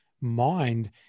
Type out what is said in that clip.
mind